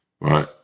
right